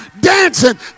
dancing